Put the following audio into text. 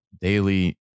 daily